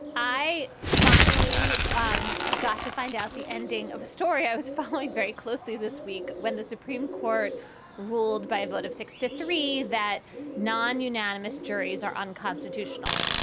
i finally um got to find out the ending of a story i was following very closely this week when the supreme court ruled by a vote of sixty three that non unanimous juries are unconstitutional.